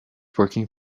working